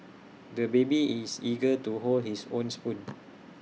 the baby is eager to hold his own spoon